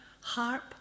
harp